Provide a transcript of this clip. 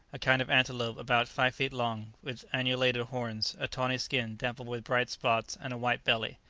a kind of antelope about five feet long, with annulated horns, a tawny skin dappled with bright spots, and a white belly.